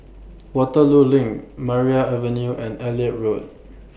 Waterloo LINK Maria Avenue and Elliot Road